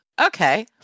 Okay